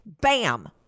Bam